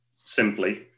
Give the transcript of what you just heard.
simply